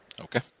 okay